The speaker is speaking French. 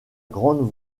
grand